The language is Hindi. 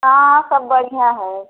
हाँ हाँ सब बढ़िया है